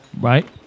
Right